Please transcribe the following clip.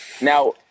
Now